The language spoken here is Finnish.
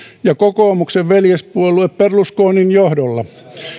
ja kokoomuksen veljespuolue berlusconin johdolla